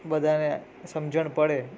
બધાને સમજણ પડે